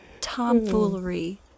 Tomfoolery